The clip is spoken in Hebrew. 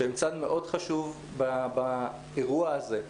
שהם צד מאוד חשוב באירוע הזה.